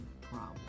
problem